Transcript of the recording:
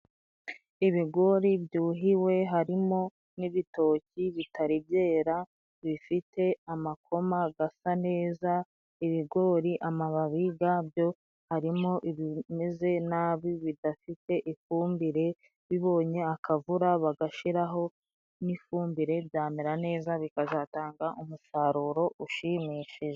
Ibigori byuhiwe harimo n'ibitoki bitari byera bifite amakoma gasa neza, ibigori amababi gabyo harimo ibimeze nabi bidafite ifumbire ibonye akavura, bagashiraho n'ifumbire byamera neza bikazatanga umusaruro ushimishije.